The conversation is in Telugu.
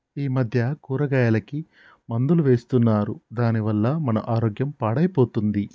ఈ మధ్య కూరగాయలకి మందులు వేస్తున్నారు దాని వల్ల మన ఆరోగ్యం పాడైపోతుంది